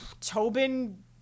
Tobin